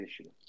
issue